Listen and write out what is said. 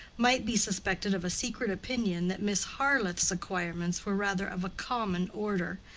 might be suspected of a secret opinion that miss harleth's acquirements were rather of a common order,